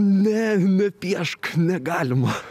ne nepiešk negalima